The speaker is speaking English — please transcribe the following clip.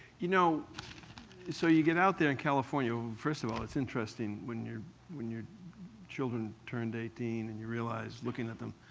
you know and so you get out there in california. first of all, it's interesting, when your when your children turned eighteen, and you realized, looking at them,